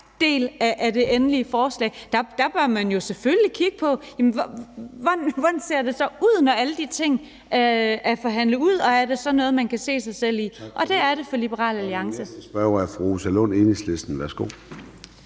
del af det endelige forslag. Der bør man jo selvfølgelig kigge på, hvordan det så ser ud, når alle de ting er blevet forhandlet ud, og om det så er noget, man kan se sig selv i, og det er det for Liberal Alliance.